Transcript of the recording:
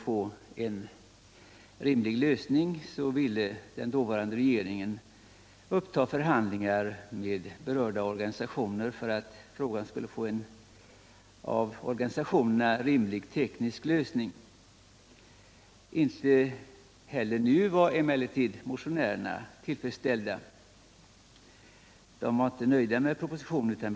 Den dåvarande regeringen ville självfallet uppta förhandlingar med berörda organisationer för att frågan skulle få en för organisationerna rimlig teknisk lösning. Inte heller nu var motionärerna tillfredsställda — de ville gå längre än propositionen.